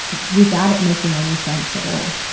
without it making any sense at all,